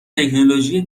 تکنولوژی